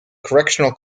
correctional